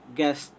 guest